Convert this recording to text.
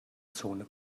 zone